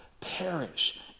perish